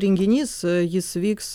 renginys jis vyks